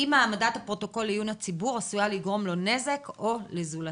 אם העמדת הפרוטוקול לעיון הציבור עשויה לגרום לו נזק או לזולתו.